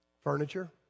Furniture